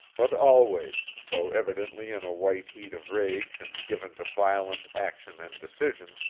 but always, though evidently in a white heat of rage and given to violent action and decision,